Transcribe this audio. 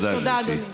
תודה, אדוני.